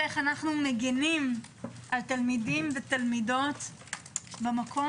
איך אנו מגנים על תלמידים ותלמידות במקום